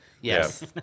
Yes